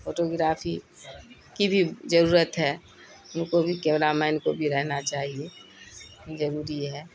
photo گرافی کی بھی ضرورت ہے ان کو بھی کیمرہ مین کو بھی رہنا چاہیے ضروری ہے